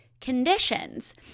conditions